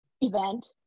event